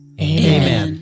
Amen